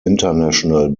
international